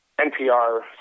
NPR